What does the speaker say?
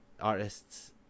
artists